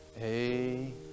Hey